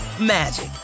magic